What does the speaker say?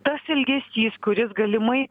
tas elgesys kuris galimai